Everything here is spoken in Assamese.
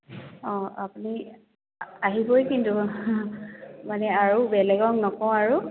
অঁ আপুনি আহিবই কিন্তু মানে আৰু বেলেগক নকও আৰু